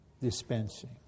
dispensing